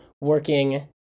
working